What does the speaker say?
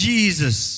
Jesus